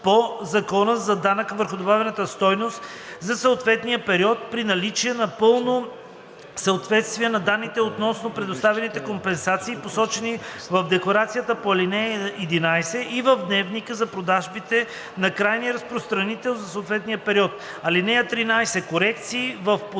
по Закона за данък върху добавената стойност за съответния период при наличие на пълно съответствие на данните относно предоставените компенсации, посочени в декларацията по ал. 11 и в дневника за продажбите на крайния разпространител за съответния период. (13) Корекции в подадена